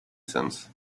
since